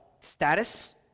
Status